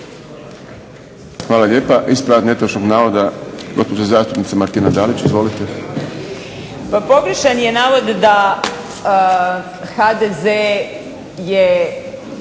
Hvala lijepa. Ispravak netočnog navoda gospođa zastupnica Martina Dalić. Izvolite. **Dalić, Martina (HDZ)**